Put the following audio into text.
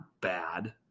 bad